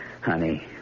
Honey